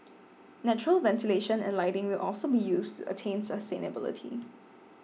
natural ventilation and lighting will also be used attain sustainability